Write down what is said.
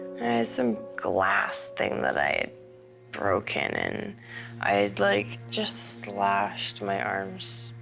some glass thing that i had broken, and i had, like, just slashed my arms.